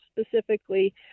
specifically